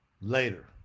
later